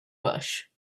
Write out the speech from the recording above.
bush